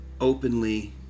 openly